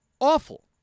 Awful